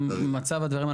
במצב הדברים,